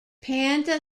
panda